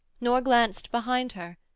nor glanced behind her,